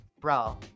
bro